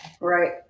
right